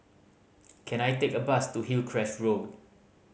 can I take a bus to Hillcrest Road